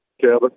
Kevin